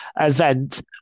event